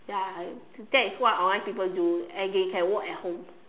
ya that is what online people do and they can work at home